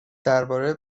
درباره